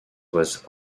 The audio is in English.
was